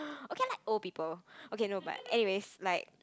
okay I like old people okay no but anyways like